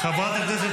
מורה בישראל.